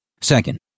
Second